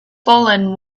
fallen